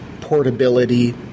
portability